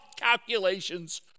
calculations